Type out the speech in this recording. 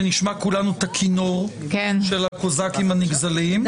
שנשמע כולנו את הכינור של הקוזאקים הנגזלים,